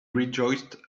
rejoiced